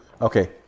Okay